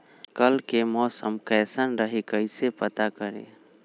कल के मौसम कैसन रही कई से पता करी?